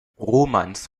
romans